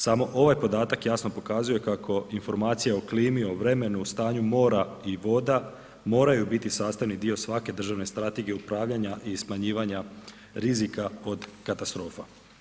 Samo ovaj podatak jasno pokazuje kako informacija o klimi, o vremenu, o stanju mora i voda moraju biti sastavni dio svake državne strategije upravljanja i smanjivanja rizika od katastrofa.